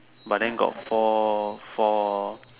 but then got four four